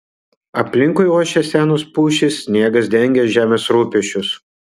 aplinkui ošė senos pušys sniegas dengė žemės rūpesčius